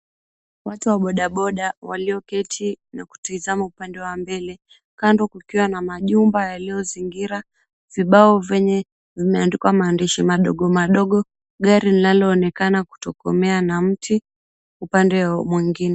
Watu wa bodaboda walioketi na kutizama upande wa mbele kando kukiwa na majumba yaliyozingira, vibao vyenye vimeandikwa maandishi madogo madogo, gari linaloonekana kutokomea na mti upande mwingine.